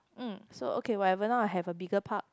mm so okay whatever now I have a bigger park